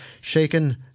shaken